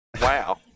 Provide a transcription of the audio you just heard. Wow